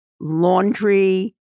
laundry